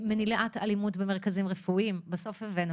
מניעת אלימות במרכזים רפואיים בסוף הבאנו